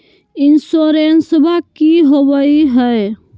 इंसोरेंसबा की होंबई हय?